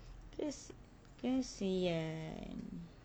cause kesian